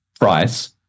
price